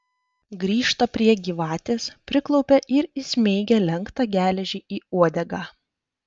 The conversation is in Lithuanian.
grįžta prie gyvatės priklaupia ir įsmeigia lenktą geležį į uodegą